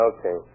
Okay